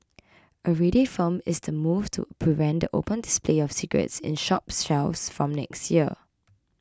already firm is the move to prevent the open display of cigarettes in shop shelves from next year